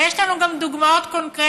ויש לנו גם דוגמאות קונקרטיות.